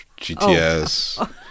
GTS